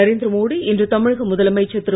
நரேந்திர மோடி இன்று தமிழக முதலமைச்சர் திரு